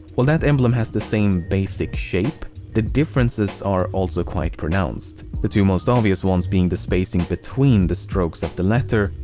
while that emblem has the same basic shape, the differences are also quite pronounced. the two most obvious ones being the spacing between the strokes of the letter,